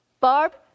Barb